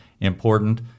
important